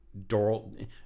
Doral